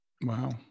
Wow